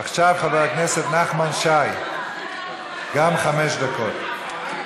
עכשיו חבר הכנסת נחמן שי, גם חמש דקות.